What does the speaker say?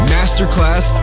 Masterclass